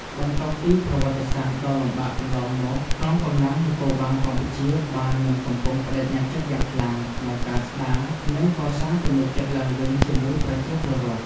បន្ទាប់ពីប្រវត្តិសាស្ត្រដ៏លំបាកកន្លងមក កងកម្លាំងនគរបាលកម្ពុជាបាននឹងកំពុងប្ដេជ្ញាចិត្តយ៉ាងខ្លាំងក្នុងការស្ដារ និងកសាងទំនុកចិត្តឡើងវិញជាមួយប្រជាពលរដ្ឋ។